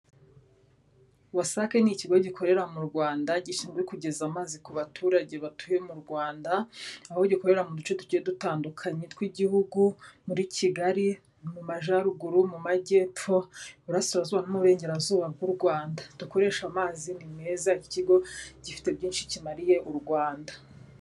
WASAC ni ikigo gikorera mu rwanda gishinzwe kugeza amazi ku baturage batuye mu rwanda, aho gikorera mu duce tuke dutandukanye tw'igihugu, muri Kigali, mu majyaruguru, mu majyepfo, iburasirazuba n'uburengerazuba bw'u rwanda. Dukoreshe amazi ni meza, ikigo gifite byinshi kimariye u rwanda.